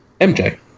MJ